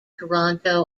toronto